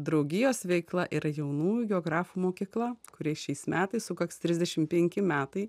draugijos veikla yra jaunųjų geografų mokykla kuriai šiais metais sukaks trisdešim penki metai